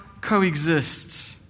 coexist